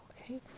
Okay